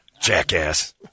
Jackass